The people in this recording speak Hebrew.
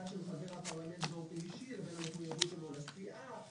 של חבר הפרלמנט באופן אישי לבין המחויבות שלו לסיעה ,